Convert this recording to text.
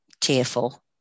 tearful